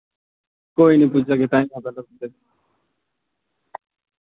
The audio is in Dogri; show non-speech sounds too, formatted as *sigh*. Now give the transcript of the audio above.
कोई निं पुज्जी जाह्गे *unintelligible*